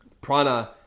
Prana